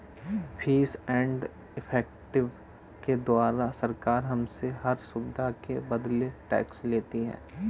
fees and effective के द्वारा सरकार हमसे हर सुविधा के बदले टैक्स लेती है